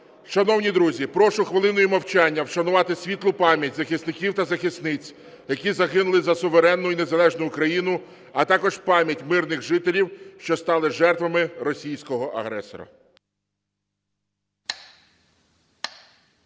Шановні друзі, прошу хвилиною мовчання вшанувати світлу пам'ять захисників та захисниць, які загинули за суверенну і незалежну Україну, а також пам'ять мирних жителів, що стали жертвами російського агресора.